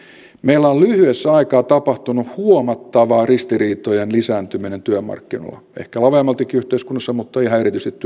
meillä on lyhyessä aikaa tapahtunut huomattava ristiriitojen lisääntyminen työmarkkinoilla ehkä laveammaltikin yhteiskunnassa mutta ihan erityisesti työmarkkinoilla